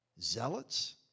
zealots